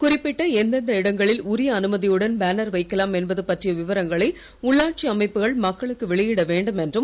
குறிப்பிட்ட எந்தெந்த இடங்களில் உரிய அனுமதியுடன் பேனர் வைக்கலாம் என்பது பற்றிய விவரங்களை உள்ளாட்சி அமைப்புகள் மக்களுக்கு வெளியிட வேண்டும் என்றும்